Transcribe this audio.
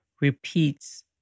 repeats